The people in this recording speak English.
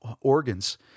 organs